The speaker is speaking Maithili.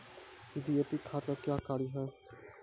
डी.ए.पी खाद का क्या कार्य हैं?